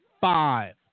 five